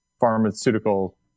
pharmaceutical